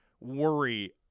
worry